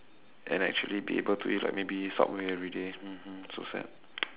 and actually be able to eat like maybe subway everyday mmhmm so sad